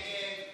ההסתייגות (32)